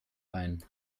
ein